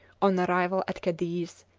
on arrival at cadiz,